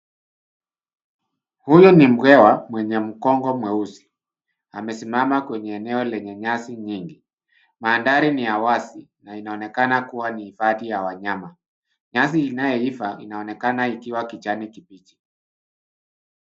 Huyu ni mbwekha mwenye mgongo nyeusi. Amesimama kwenye eneo lenye nyasi nyingi. Mandhari ni ya wazi na inaonekana kuwa ni hifadhi ya wanyama. Nyasi inayoiva inaonekana ikiwa kijani kibichi